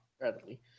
readily